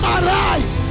arise